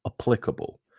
applicable